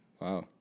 Wow